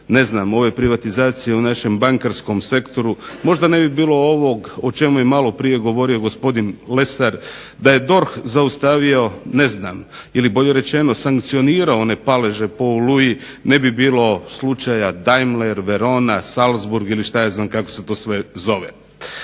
ne znam ove privatizacije u našem bankarskom sektoru, možda ne bi bilo ovog o čemu je maloprije govorio gospodin Lesar da je DORH zaustavio ne znam, ili bolje rečeno sankcionirao one paleže po "Oluji" ne bi bilo slučaja Daimler, Verona, Salzburg ili što ja znam kako se to sve zove.